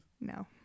No